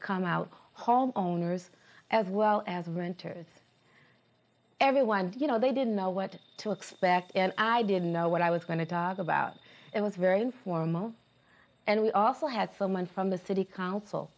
come out homeowners as well as renters everyone you know they didn't know what to expect and i didn't know what i was going to talk about it was very informal and we also had the money from the city council